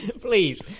Please